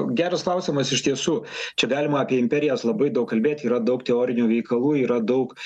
geras klausimas iš tiesų čia galima apie imperijas labai daug kalbėti yra daug teorinių veikalų yra daug